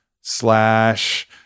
slash